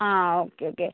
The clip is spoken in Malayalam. ആ ഓക്കെ ഓക്കെ